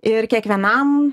ir kiekvienam